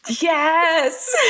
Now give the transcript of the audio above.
Yes